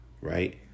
right